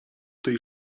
tej